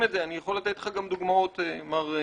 אני יכול לתת לך גם דוגמאות מר גולדשטיין.